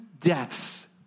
deaths